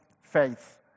faith